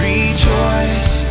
Rejoice